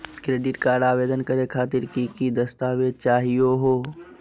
Credit card आवेदन करे खातिर की की दस्तावेज चाहीयो हो?